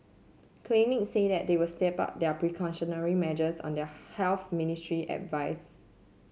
clinics said they will step up their precautionary measures on their Health Ministry's advice